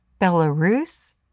Belarus